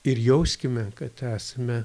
ir jauskime kad esame